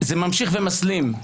זה ממשיך ומסלים.